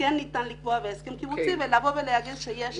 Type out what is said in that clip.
כן ניתן לקבוע בהסכם קיבוצי ולבוא ולהגיד שיש